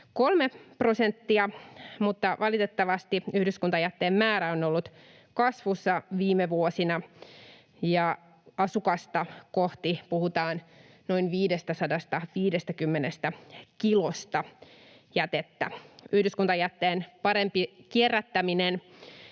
prosenttia, mutta valitettavasti yhdyskuntajätteen määrä on ollut kasvussa viime vuosina, ja asukasta kohti puhutaan noin 550 kilosta jätettä. Yhdyskuntajätteen parempi kierrättäminen